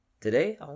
Today